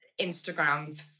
Instagram